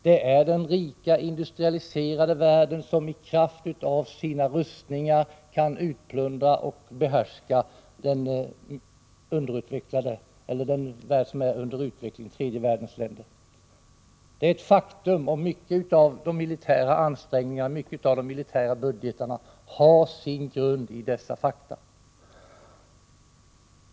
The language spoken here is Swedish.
Det är den rika industrialiserade världen som i kraft av sina rustningar kan utplundra och behärska den del av världen som är under utveckling, tredje världens länder. En stor del av de militära ansträngningarna och de militära budgetarna har sin grund i dessa fakta.